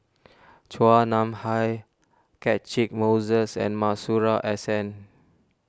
Chua Nam Hai Catchick Moses and Masuri S N